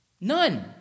None